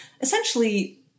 essentially